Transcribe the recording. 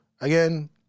again